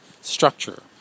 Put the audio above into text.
structure